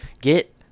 get